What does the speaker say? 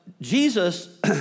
Jesus